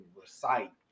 recite